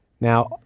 Now